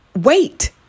wait